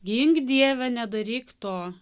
gink dieve nedaryk to